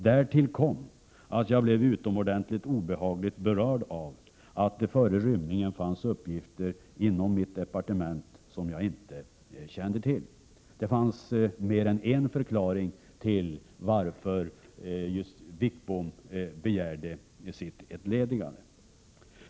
Därtill kom att jag blev utomordentligt obehagligt berörd av att det före rymningen fanns uppgifter inom mitt departement som jag inte kände till.” Det fanns alltså mer än en förklaring till att Sten Wickbom begärde att få bli entledigad.